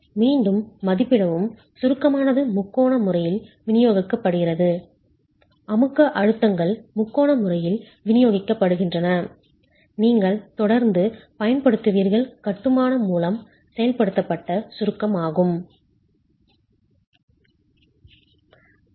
மீண்டும் மதிப்பிடவும் சுருக்கமானது முக்கோண முறையில் விநியோகிக்கப்படுகிறது அமுக்க அழுத்தங்கள் முக்கோண முறையில் விநியோகிக்கப்படுகின்றன நீங்கள் தொடர்ந்து பயன்படுத்துவீர்கள் கட்டுமானம் மூலம் செயல்படுத்தப்பட்ட சுருக்கம் ஆகும்